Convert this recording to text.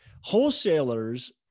wholesalers